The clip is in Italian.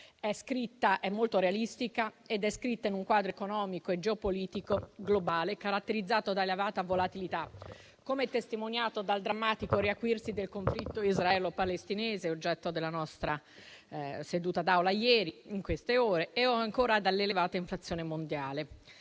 NADEF è molto realistica ed è scritta in un quadro economico e geopolitico globale caratterizzato da elevata volatilità, come testimoniato in queste ore dal drammatico riacuirsi del conflitto israelo-palestinese, oggetto della nostra seduta d'Aula ieri, o ancora dall'elevata inflazione mondiale.